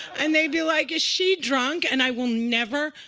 and they'd be like, is she drunk? and i will never,